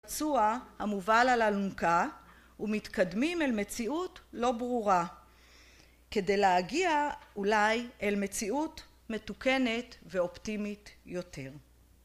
פצוע המובל על אלונקה ומתקדמים אל מציאות לא ברורה כדי להגיע אולי אל מציאות מתוקנת ואופטימית יותר.